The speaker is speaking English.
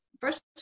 first